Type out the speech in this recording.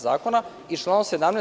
Zakona i članom 17.